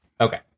Okay